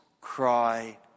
cry